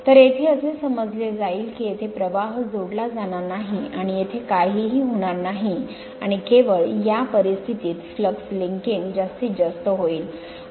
तर येथे असे समजले जाईल की येथे प्रवाह जोडला जाणार नाही आणि येथे काहीही होणार नाही आणि केवळ या परिस्थितीत फ्लक्स लिंकिंग जास्तीत जास्त होईल